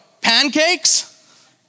Pancakes